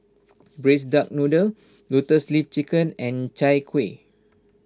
Braised Duck Noodle Lotus Leaf Chicken and Chai Kuih